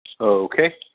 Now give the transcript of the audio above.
Okay